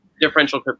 differential